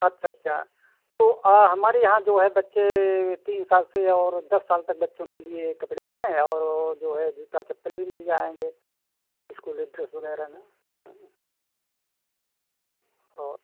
अच्छा अच्छा तो हमारे यहाँ जो है बच्चे तीन साल से और दस साल तक बच्चों के लिए कपड़े हैं और वह जो है जूता चप्पल भी मिल जाएँगे इस्कूल यह ड्रेस वग़ैरह ना हाँ और